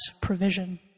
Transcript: provision